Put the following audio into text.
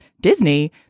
Disney